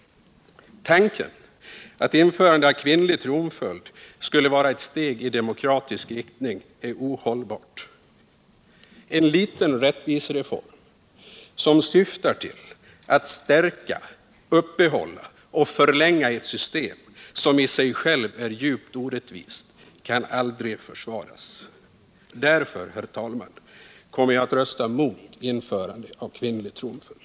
Tanken att införande av kvinnlig tronföljd skulle vara ett steg i demokratisk riktning är ohållbar. En liten rättvisereform som syftar till att stärka, uppehålla och förlänga ett system som i sig självt är djupt orättvist kan aldrig försvaras. Därför, herr talman, kommer jag att rösta mot införande av kvinnlig tronföljd.